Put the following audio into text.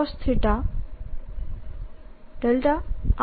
MMcosθδ અને આ શું બને છે